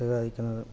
പ്രതിപാദിക്കുന്നത്